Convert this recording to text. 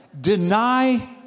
Deny